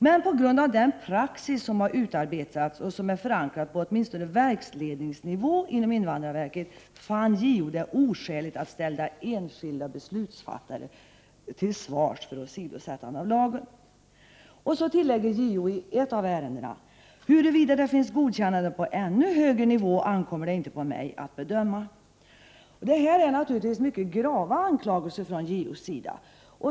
Men på grund av den praxis som har utarbetats och som är förankrad på åtminstone verksledningsnivå inom invandrarverket fann JO det oskäligt att ställa enskilda beslutsfattare till svars för åsidosättande av lagen. JO tillägger i ett av ärendena: ”Huruvida det finns godkännande på ännu högre nivå ankommer det inte på mig att bedöma.” Detta är naturligtvis mycket grava anklagelser från JO:s sida.